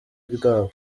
bwabo